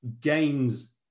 gains